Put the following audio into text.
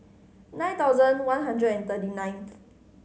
nine thousand one hundred and thirty nineth